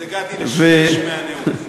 אז הגעתי לשליש מהנאום.